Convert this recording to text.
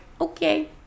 okay